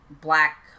Black